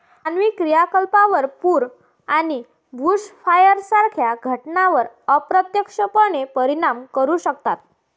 मानवी क्रियाकलाप पूर आणि बुशफायर सारख्या घटनांवर अप्रत्यक्षपणे परिणाम करू शकतात